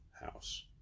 house